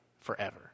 forever